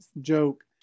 joke